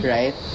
Right